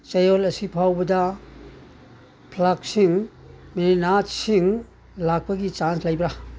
ꯆꯌꯣꯜ ꯑꯁꯤ ꯐꯥꯎꯕꯗ ꯐ꯭ꯂꯥꯛꯁꯤꯡ ꯃꯦꯔꯤꯅꯥꯠꯁꯤꯡ ꯂꯥꯛꯄꯒꯤ ꯆꯥꯟꯁ ꯂꯩꯕꯔꯥ